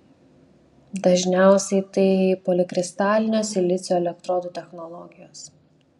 dažniausiai tai polikristalinio silicio elektrodų technologijos